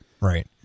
Right